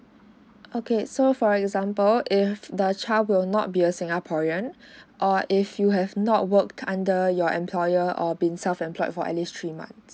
okay so for example if the child will not be a singaporean or if you have not worked under your employer or been self employed for at least three months